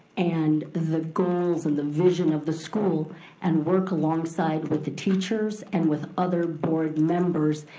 and the goals and the vision of the school and work alongside with the teachers and with other board members,